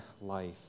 life